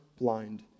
blind